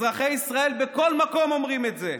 אזרחי ישראל בכל מקום אומרים את זה.